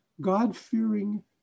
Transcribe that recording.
God-fearing